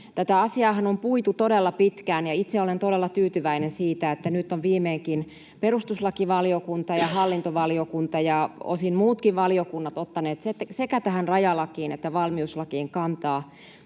Tätä asiaahan on puitu todella pitkään, ja itse olen todella tyytyväinen siitä, että nyt ovat viimeinkin perustuslakivaliokunta ja hallintovaliokunta ja osin muutkin valiokunnat ottaneet sekä tähän rajalakiin että valmiuslakiin kantaa